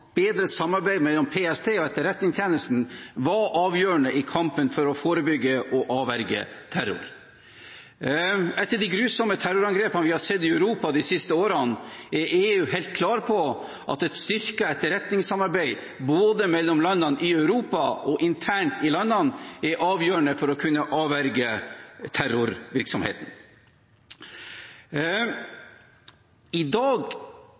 bedre samarbeid mellom PST og Etterretningstjenesten var avgjørende i kampen for å forebygge og avverge terror. Etter de grusomme terrorangrepene vi har sett i Europa de siste årene, er EU helt klar på at et styrket etterretningssamarbeid, både mellom landene i Europa og internt i landene, er avgjørende for å kunne avverge terrorvirksomheten. I dag